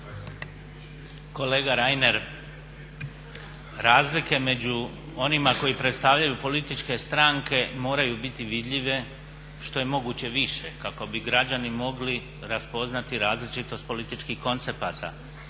Kolega Reiner, razlike među onima koji predstavljaju političke stranke moraju biti vidljive što je moguće više kako bi građani mogli raspoznati različitost političkih koncepata